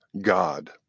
God